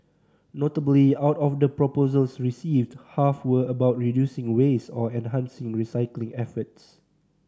notably out of the proposals received half were about reducing waste or enhancing recycling efforts